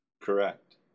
Correct